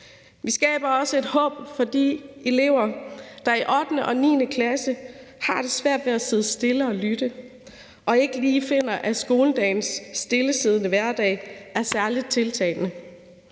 Vi skaber også et håb for de elever, der i 8. og 9. klasse har svært ved at sidde stille og lytte, og som ikke lige finder, at den stillesiddende hverdag i skolen er særlig tiltalende.